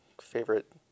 Favorite